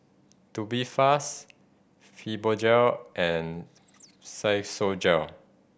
Tubifast Fibogel and Physiogel